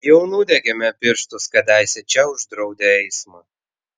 jau nudegėme pirštus kadaise čia uždraudę eismą